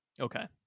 Okay